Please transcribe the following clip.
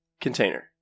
container